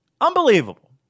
Unbelievable